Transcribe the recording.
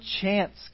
chance